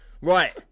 right